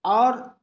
आओर